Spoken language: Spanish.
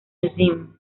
museum